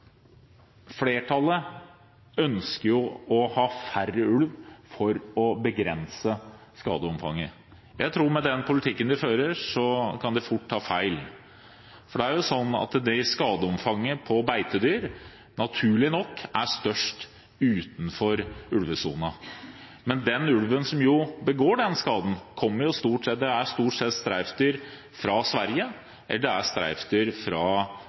Flertallet ønsker å ha færre ulv for å begrense skadeomfanget. Med den politikken vi fører, tror jeg man fort kan trå feil. Det er slik at skadeomfanget på beitedyr naturlig nok er størst utenfor ulvesonen. Men ulven som forårsaker den skaden, er stort sett streifdyr fra Sverige og grenseområdene, og disse kommer det ikke til å bli færre av gjennom den politikken vi nå fører. Tvert imot kan det